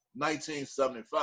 1975